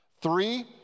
Three